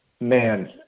man